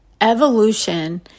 evolution